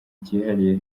cyihariye